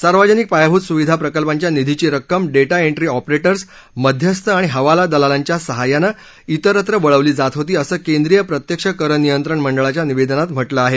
सार्वजनिक पायाभूत सुविधा प्रकल्पांच्या निधीची रक्कम डेटा एन्ट्री ऑपरेटर्स मध्यस्थ आणि हवाला दलालांच्या सहाय्यानं विरत्र वळवली जात होती असं केंद्रीय प्रत्यक्ष कर नियंत्रण मंडळाच्या निवेदनात म्हटलं आहे